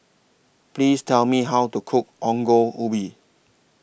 Please Tell Me How to Cook Ongol Ubi